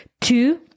Two